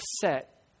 set